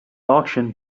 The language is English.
auction